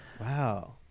Wow